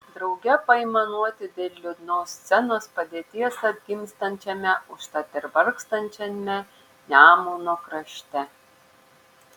drauge paaimanuoti dėl liūdnos scenos padėties atgimstančiame užtat ir vargstančiame nemuno krašte